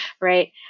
right